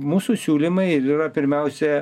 mūsų siūlymai ir yra pirmiausia